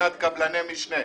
ומבחינת קבלני משנה.